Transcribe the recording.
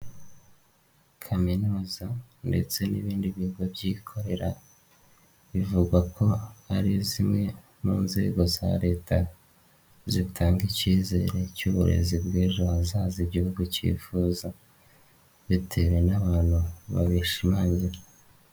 Kaminuza ndetse n'ibindi bigo byikorera bivugwa ko ari zimwe mu nzego za leta zitanga icyizere cy'uburezi bw'ejo hazaza igihugu cyifuza bitewe n'abantu babishimangira.